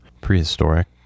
prehistoric